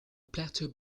plateau